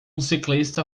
ciclista